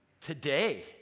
today